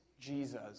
Jesus